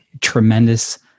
tremendous